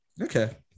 Okay